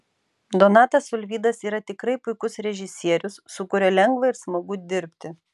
donatas ulvydas yra tikrai puikus režisierius su kuriuo lengva ir smagu dirbti